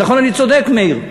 נכון אני צודק, מאיר?